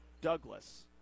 douglas